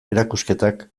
erakusketak